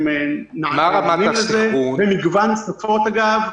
הם נענים לזה במגוון שפות אגב,